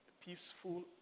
Peaceful